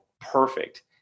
perfect